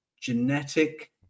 genetic